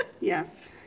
Yes